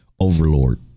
overlord